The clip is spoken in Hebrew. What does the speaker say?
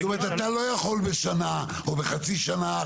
זאת אומרת, אתה לא יכול בשנה או בחצי שנה?